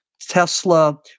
Tesla